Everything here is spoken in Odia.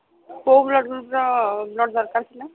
କୋଉ ବ୍ଲଡ୍ ଗ୍ରୁପର ବ୍ଲଡ୍ ଦରକାର ଥିଲା